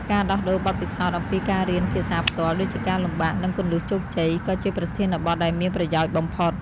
ការដោះដូរបទពិសោធន៍អំពីការរៀនភាសាផ្ទាល់ ដូចជាការលំបាក និងគន្លឹះជោគជ័យ ក៏ជាប្រធានបទដែលមានប្រយោជន៍បំផុត។